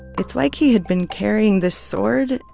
it's like he had been carrying this sword,